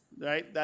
right